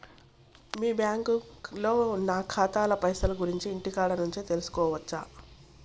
మీ బ్యాంకులో నా ఖాతాల పైసల గురించి ఇంటికాడ నుంచే తెలుసుకోవచ్చా?